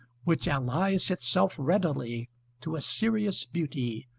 which allies itself readily to a serious beauty,